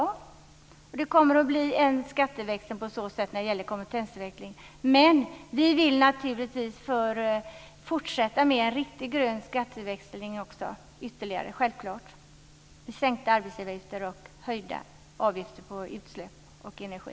Det kommer alltså att bli en skatteväxling när det gäller kompetensutveckling. Men vi vill naturligtvis fortsätta med en riktig grön skatteväxling med sänkta arbetsgivaravgifter och höjda avgifter på utsläpp och energi.